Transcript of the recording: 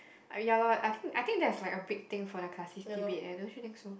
I ya lor I think I think that's like a big thing for the classist debate eh don't you think so